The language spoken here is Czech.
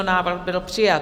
Návrh byl přijat.